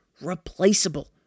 replaceable